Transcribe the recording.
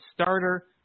starter